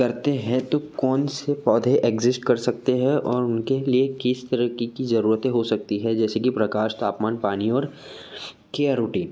करते हैं तो कौन से पौधे एक्ज़िस्ट कर सकते हैं और उनके लिए किस तरीक़े की ज़रूरते हो सकती हैं जैसे कि प्रकाश तापमान पानी और केयर रूटीन